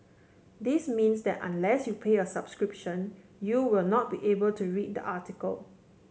this means that unless you pay a subscription you will not be able to read the article